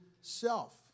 self